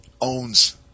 owns